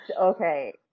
okay